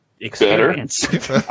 experience